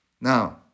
Now